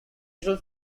usual